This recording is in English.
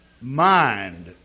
mind